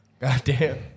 Goddamn